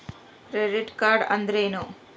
Credit card ಅಂದ್ರೇನು?